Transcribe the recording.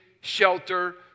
shelter